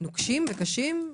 נוקשים וקשים,